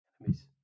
enemies